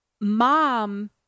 mom